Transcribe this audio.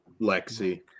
Lexi